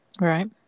Right